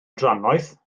drannoeth